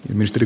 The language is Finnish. puhemies